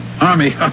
Army